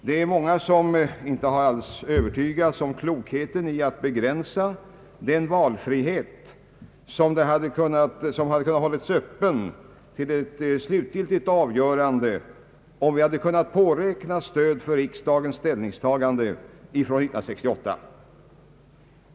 Det är många som inte har övertygats om klokheten i att begränsa den valfrihet som hade kunnat hållas öppen till ett slutgiltigt avgörande, om vi hade kunnat påräkna stöd för riksdagens ställningstagande år 1968.